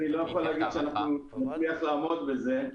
אני לא יכול להגיד שאנחנו נצליח לעמוד בזה,